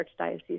archdiocese